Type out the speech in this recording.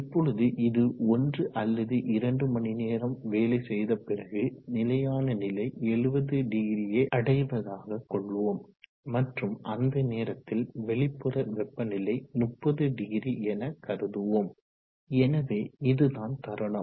இப்பொழுது இது ஒன்று அல்லது இரண்டு மணிநேரம் வேலை செய்த பிறகு நிலையான நிலை 700 யை அடைவதாக கொள்வோம் மற்றும் அந்த நேரத்தில் வெளிப்புற வெப்பநிலை 300 என கருதுவோம் எனவே இதுதான் தருணம்